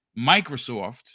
Microsoft